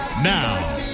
Now